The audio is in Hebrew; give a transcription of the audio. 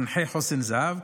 מנחי חוסן זהב,